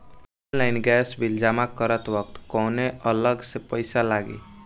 Online gas bill जमा करत वक्त कौने अलग से पईसा लागी?